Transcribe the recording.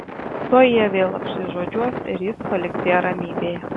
tuoj jie vėl apsižodžiuos ir jis paliks ją ramybėje